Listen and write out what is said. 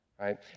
right